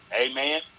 Amen